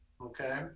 Okay